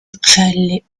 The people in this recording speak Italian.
uccelli